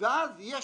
ואז יש